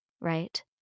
right